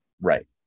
Right